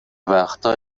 وقتا